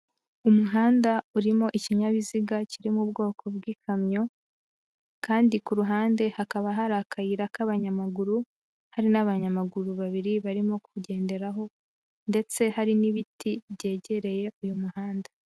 Umuhanda urimo ikinyabiziga kiri mu bwoko bw'ikamyo kandi ku ruhande hakaba hari akayira k'abanyamaguru, hari n'abanyamaguru babiri barimo kugenderaho ndetse hari n'ibiti byegereye uyu muhanda.